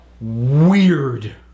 weird